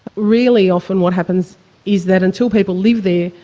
really often what happens is that until people live there,